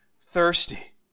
thirsty